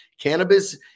Cannabis